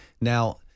Now